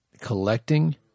collecting